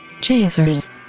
Chasers